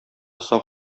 сак